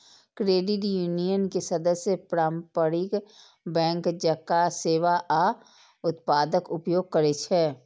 credit union के सदस्य पारंपरिक बैंक जकां सेवा आ उत्पादक उपयोग करै छै